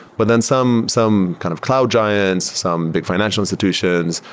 but then some some kind of cloud giants, some big financial institutions.